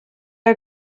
are